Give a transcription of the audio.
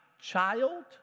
child